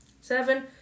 Seven